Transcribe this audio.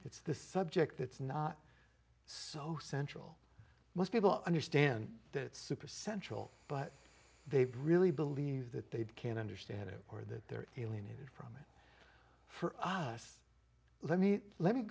it's the subject it's not so central most people understand that super central but they really believe that they can't understand it or that they're alienated from for us let me let me